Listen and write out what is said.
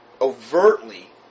overtly